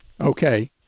Okay